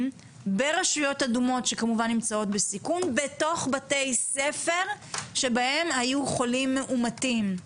ברשויות אדומות שנמצאות כמובן בסיכון בתוך בתי ספר שבהם היו חולים מאומתים.